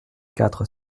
quatre